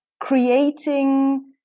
creating